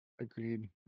Agreed